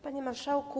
Panie Marszałku!